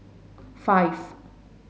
five